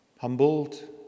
humbled